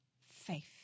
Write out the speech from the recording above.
faith